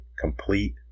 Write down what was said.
complete